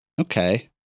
Okay